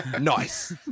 Nice